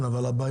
כן, אבל הבעיה,